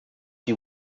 you